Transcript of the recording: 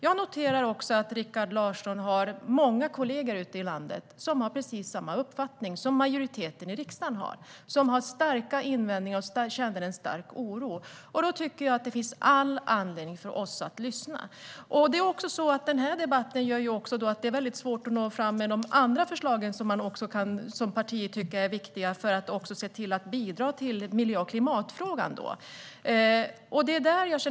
Jag noterar också att Rikard Larsson har många kollegor ute i landet som har precis samma uppfattning som majoriteten i riksdagen har, det vill säga starka invändningar och en stark oro. Då tycker jag att det finns all anledning för oss att lyssna. Den här debatten gör det också väldigt svårt att nå fram med andra förslag som man från ett parti kan tycka är viktiga som bidrag i miljö och klimatfrågan.